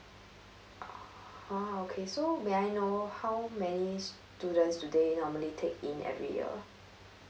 ha okay so may I know how many students do they normally take in every year